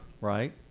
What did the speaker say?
Right